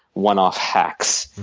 one off hacks.